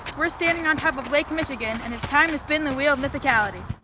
we're standing on top of lake michigan and it's time to spin the wheel of mythicality.